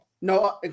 No